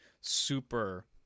super